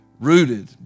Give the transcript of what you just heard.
Rooted